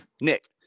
Nick